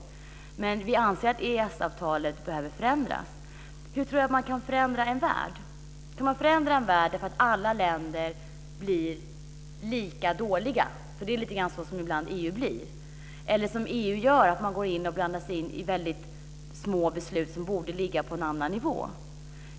Vi anser att EES-avtalet behöver förändras. Hur tror jag att man kan förändra en värld? Kan man förändra en värld genom att alla länder blir lika dåliga? Det är lite grann så EU ibland blir. Eller så blandar sig EU i väldigt små beslut som borde ligga på en annan nivå.